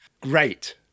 Great